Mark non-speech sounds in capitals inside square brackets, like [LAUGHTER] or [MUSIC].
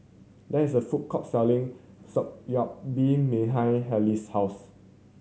there is a food court selling [UNINTELLIGIBLE] been behind Halley's house